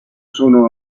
sono